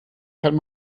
kann